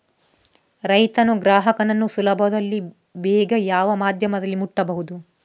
ರೈತನು ಗ್ರಾಹಕನನ್ನು ಸುಲಭದಲ್ಲಿ ಬೇಗ ಯಾವ ಮಾಧ್ಯಮದಲ್ಲಿ ಮುಟ್ಟಬಹುದು?